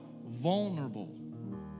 vulnerable